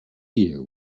year